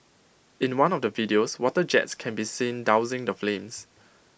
in one of the videos water jets can be seen dousing the flames